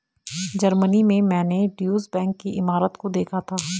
Germany में मैंने Deutsche bank की इमारत को देखा था